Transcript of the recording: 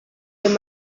dute